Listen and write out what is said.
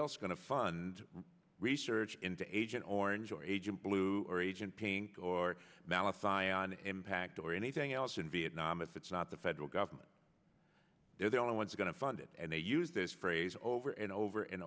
else going to fund research into agent orange or agent blue or agent pink or malice ion impact or anything else in vietnam if it's not the federal government they're the only ones going to fund it and they use this phrase over and over and